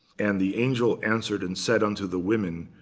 and the angel answered and said unto the women,